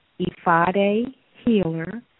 ifadehealer